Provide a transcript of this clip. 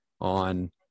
On